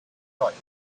wright